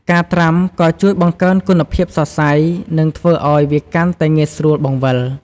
ការត្រាំក៏ជួយបង្កើនគុណភាពសរសៃ និងធ្វើឱ្យវាកាន់តែងាយស្រួលបង្វិល។